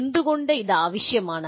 എന്തുകൊണ്ട് ഇത് ആവശ്യമാണ്